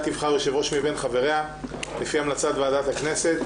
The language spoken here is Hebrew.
תבחר יו"ר מבין חבריה לפי המלצת ועדת הכנסת,